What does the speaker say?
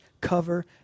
cover